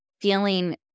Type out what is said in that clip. feeling